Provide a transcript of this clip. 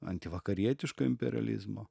antivakarietiško imperializmo